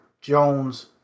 Jones